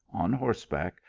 on horseback,